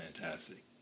fantastic